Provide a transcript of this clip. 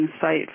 site